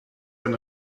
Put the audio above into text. sein